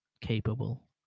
capable